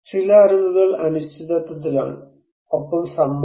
ചില അറിവുകൾ അനിശ്ചിതത്വത്തിലാണ് ഒപ്പം സമ്മതവും